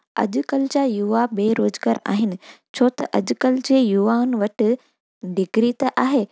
अॼुकल्ह जा युवा बेरोज़गारु आहिनि छो त अॼुकल्ह जे युवाउनि वटि डिग्री त आहे पर